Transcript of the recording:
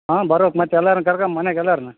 ಹಾಂ ಬರ್ಬೇಕು ಮತ್ತೆ ಎಲ್ಲರನ್ನು ಕರ್ಕಂಡ್ ಮನ್ಯಾಗೆ ಎಲ್ಲರ್ನ